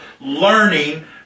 learning